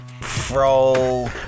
fro